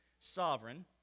sovereign